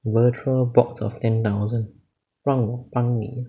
virtual box of ten thousand 让我帮你